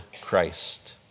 Christ